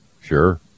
Sure